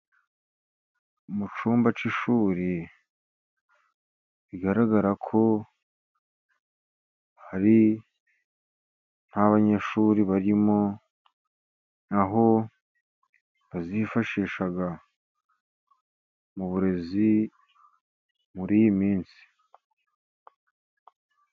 Mu cyumba cy'shuri bigaragara ko nta banyeshuri barimo, aho bazifashisha mu burezi muri iyi minsi.